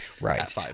Right